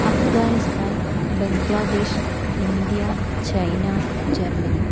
Afghanistan Bangladesh India China Germany